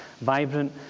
vibrant